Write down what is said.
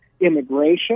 immigration